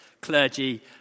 clergy